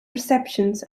receptions